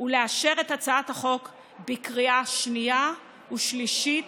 ולאשר את הצעת החוק בקריאה שנייה ושלישית